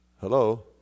Hello